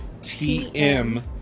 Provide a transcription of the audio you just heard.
TM